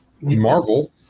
Marvel